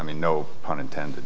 mean no pun intended